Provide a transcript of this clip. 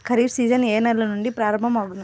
Kharif season ఏ నెల నుండి ప్రారంభం అగును?